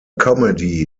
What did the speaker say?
comedy